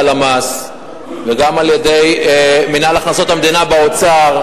הלמ"ס וגם על-ידי מינהל הכנסות המדינה באוצר,